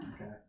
Okay